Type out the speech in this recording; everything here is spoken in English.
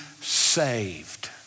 saved